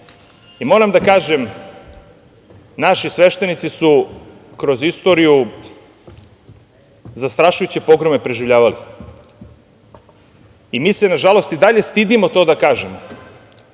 ovome. Moram da kažem, naši sveštenici su kroz istoriju zastrašujuće pogrome proživljavali. Mi se, nažalost, i dalje stidimo to da kažemo,